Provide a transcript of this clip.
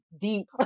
deep